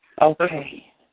Okay